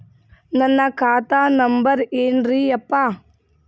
ನನ್ನ ಖಾತಾ ನಂಬರ್ ಏನ್ರೀ ಯಪ್ಪಾ?